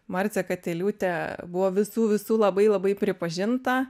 marcė katiliūtė buvo visų visų labai labai pripažinta